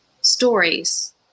Stories